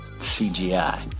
CGI